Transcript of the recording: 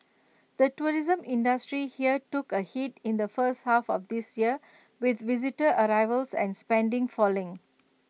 the tourism industry here took A hit in the first half of this year with visitor arrivals and spending falling